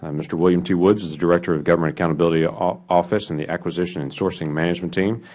um mr. william t. woods is the director of government accountability ah ah office in the acquisition and sourcing management team.